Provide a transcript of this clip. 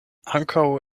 ankaŭ